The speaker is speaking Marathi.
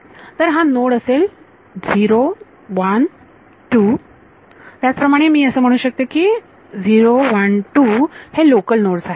तर हा नोड असेल 0 1 2 त्याचप्रमाणे मी असं म्हणू शकते की 0 1 2 हे लोकल नोड्स आहेत